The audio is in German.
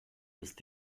ist